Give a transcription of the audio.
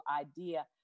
idea